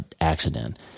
accident